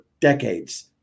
decades